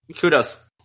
kudos